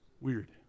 Weird